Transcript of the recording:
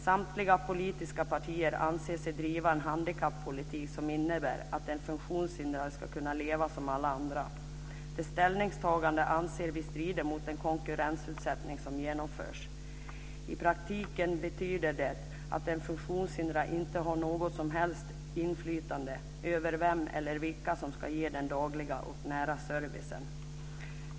Samtliga politiska partier anser sig driva en handikappolitik som innebär att den funktionshindrade ska kunna leva som alla andra. Vi anser att detta strider mot den konkurrensutsättning som genomförs. I praktiken betyder det att den funktionshindrade har något som helst inflytande över vem eller vilka som ska ge den dagliga och nära servicen.